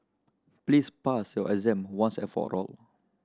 please pass your exam once and for all